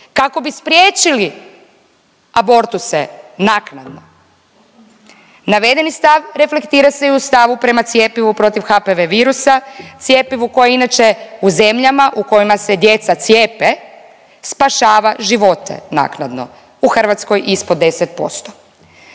kako bi spriječili abortuse naknadno. Navedeni stav reflektira se i u stavu prema cjepivu protiv HPV virusa, cjepivu koje inače u zemljama u kojima se djeca cijepe spašava živote naknadno. U Hrvatskoj ispod 10%.